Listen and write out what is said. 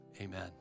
amen